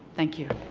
thank you.